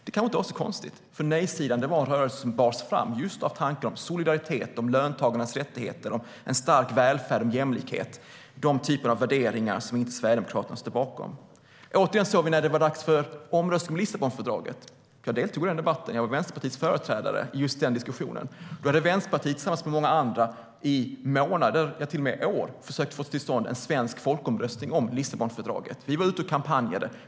Det kanske inte var så konstigt, för nej-sidan var en rörelse som bars fram av tanken om solidaritet, löntagarnas rättigheter, en stark välfärd och jämlikhet, den typen av värderingar som Sverigedemokraterna inte står bakom. När det var dags för omröstning om Lissabonfördraget deltog jag också i den debatten. Jag var Vänsterpartiets företrädare i den diskussionen. Vänsterpartiet hade tillsammans med många andra i månader, ja till och med år, försökt få till stånd en svensk folkomröstning om Lissabonfördraget. Vi var ute och kampanjade.